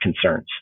concerns